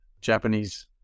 Japanese